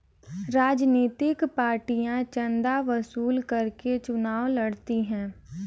राजनीतिक पार्टियां चंदा वसूल करके चुनाव लड़ती हैं